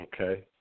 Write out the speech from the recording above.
Okay